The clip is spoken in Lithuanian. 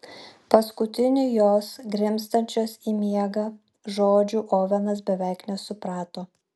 paskutinių jos grimztančios į miegą žodžių ovenas beveik nesuprato